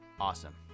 Awesome